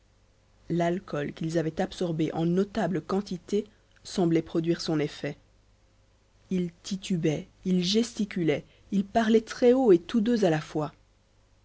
l'alcool qu'ils avaient absorbé en notable quantité semblait produire son effet ils titubaient ils gesticulaient ils parlaient très-haut et tous deux à la fois